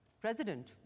president